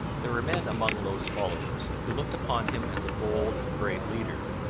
there were men among low's followers who looked upon him as a bold and brave leader,